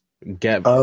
Get